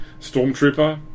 stormtrooper